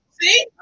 See